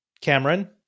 Cameron